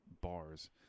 bars